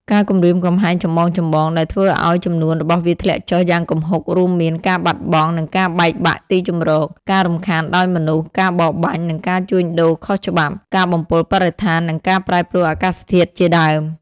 ការគំរាមកំហែងចម្បងៗដែលធ្វើឲ្យចំនួនរបស់វាធ្លាក់ចុះយ៉ាងគំហុករួមមាន ការបាត់បង់ និងការបែកបាក់ទីជម្រក ការរំខានដោយមនុស្ស ការបរបាញ់ និងការជួញដូរខុសច្បាប់ ការបំពុលបរិស្ថាន និងការប្រែប្រួលអាកាសធាតុជាដើម។